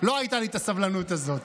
לי לא הייתה הסבלנות הזאת.